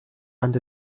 and